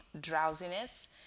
drowsiness